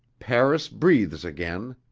paris breathes again.